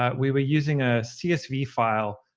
um we were using a csv file,